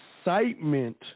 excitement